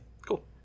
Cool